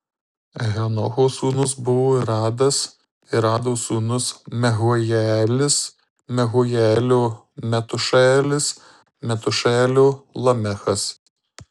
henocho sūnus buvo iradas irado sūnus mehujaelis mehujaelio metušaelis metušaelio lamechas